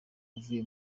avuye